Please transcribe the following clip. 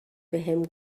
بهم